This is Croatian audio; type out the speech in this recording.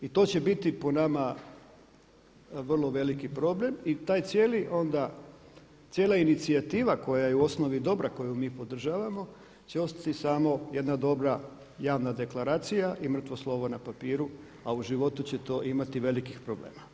I to će biti po nama vrlo veliki problem i taj cijeli onda, cijela inicijativa koja je u osnovi dobra koju mi podržavamo će ostati samo jedna dobra javna deklaracija i mrtvo slovo na papiru, a u životu će to imati velikih problema.